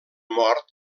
mort